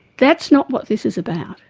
that's not what this is about.